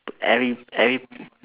every every